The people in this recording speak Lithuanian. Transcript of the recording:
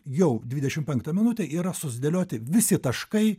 jau dvidešimt penktą minutę yra sudėlioti visi taškai